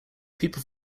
people